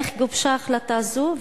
4. איך גובשה החלטה זו?